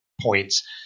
points